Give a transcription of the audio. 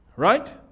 Right